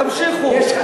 תמשיך, תמשיכו.